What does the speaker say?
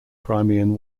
crimean